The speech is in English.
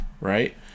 right